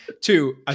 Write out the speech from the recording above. Two